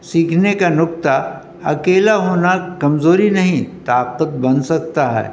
سیکھنے کا نقطہ اکیلا ہونا کمزوری نہیں طاقت بن سکتا ہے